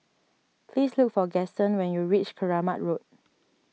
please look for Gaston when you reach Keramat Road